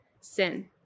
sin